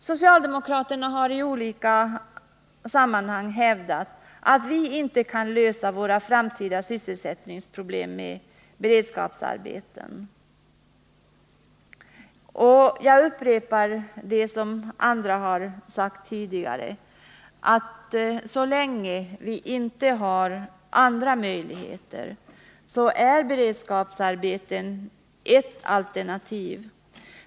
Socialdemokraterna har i olika sammanhang hävdat att vi inte kan lösa våra framtida sysselsättningsproblem med beredskapsarbeten. Jag upprepar det som andra har sagt tidigare. Så länge vi inte har andra möjligheter, är dock beredskapsarbeten ett alternativ.